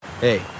Hey